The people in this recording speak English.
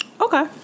Okay